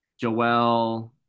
Joel